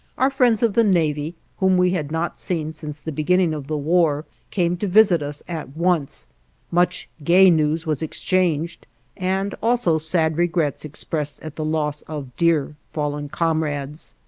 our friends of the navy, whom we had not seen since the beginning of the war, came to visit us at once much gay news was exchanged and also sad regrets expressed at the loss of dear fallen comrades.